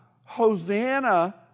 Hosanna